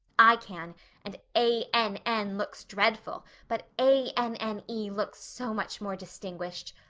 i can and a n n looks dreadful, but a n n e looks so much more distinguished.